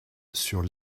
sur